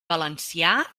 valencià